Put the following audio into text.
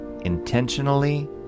intentionally